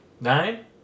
Nine